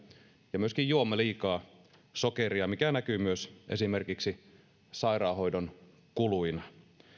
ja myöskin juomme liikaa sokeria mikä näkyy myös esimerkiksi sairaanhoidon kuluina